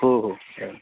हो हो चालेल